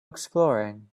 exploring